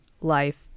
life